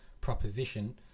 proposition